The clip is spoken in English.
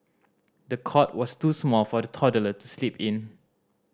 the cot was too small for the toddler to sleep in